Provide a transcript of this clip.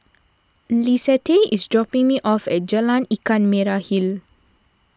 Lissette is dropping me off at Jalan Ikan Merah Hill